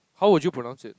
how would you pronounce it